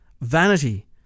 Vanity